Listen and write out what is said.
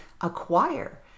acquire